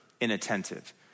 inattentive